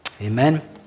Amen